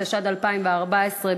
התשע"ד 2014,